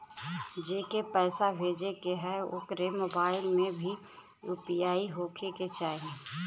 जेके पैसा भेजे के ह ओकरे मोबाइल मे भी यू.पी.आई होखे के चाही?